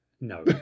No